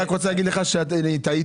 אני רק רוצה להגיד לך שאני טעיתי,